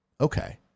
okay